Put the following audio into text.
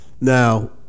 Now